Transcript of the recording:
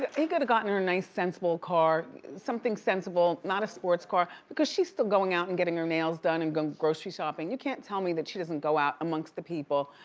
he coulda gotten her a nice, sensible car, something sensible, not a sports car but cause she's still going out and getting her nails done and going grocery shopping. you can't tell me that she doesn't go out amongst the people,